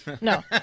No